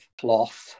cloth